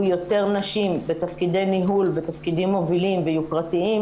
יותר נשים בתפקידי ניהול ובתפקידים מובילים ויוקרתיים